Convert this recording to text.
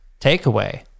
takeaway